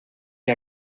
que